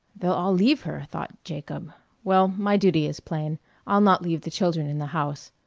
they'll all leave her, thought jacob well, my duty is plain i'll not leave the children in the house.